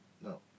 No